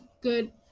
good